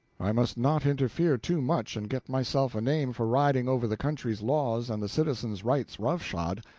i must not interfere too much and get myself a name for riding over the country's laws and the citizen's rights roughshod.